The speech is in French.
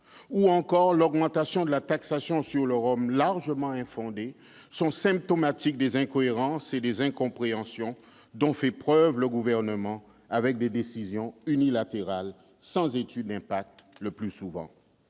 % et l'augmentation de la taxation sur le rhum, largement infondée, sont symptomatiques des incohérences et des incompréhensions dont fait preuve le Gouvernement en prenant des décisions unilatérales, le plus souvent